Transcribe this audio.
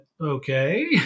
okay